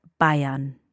Bayern